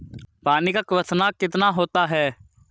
पानी का क्वथनांक कितना होता है?